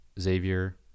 Xavier